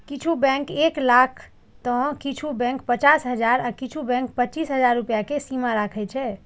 किछु बैंक एक लाख तं किछु बैंक पचास हजार आ किछु बैंक पच्चीस हजार रुपैया के सीमा राखै छै